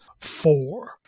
four